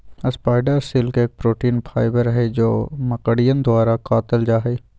spider silk एक protein fibre हई जो मकड़ियन द्वारा कातल जाहई